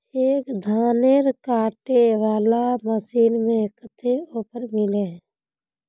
एक धानेर कांटे वाला मशीन में कते ऑफर मिले है?